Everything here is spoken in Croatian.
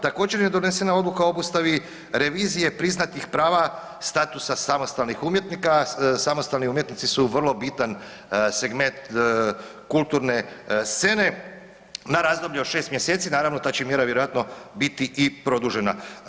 Također je donesena odluka o obustavi revizije priznatih prava statusa samostalnih umjetnika, samostalni umjetnici su vrlo bitan segment kulturne scene, na razdoblje od 6. mjeseci, naravno ta će mjera vjerojatno biti i produžena.